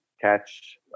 catch